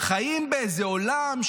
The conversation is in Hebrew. חיים באיזה עולם,